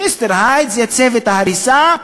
מיסטר הייד זה צוות ההריסה,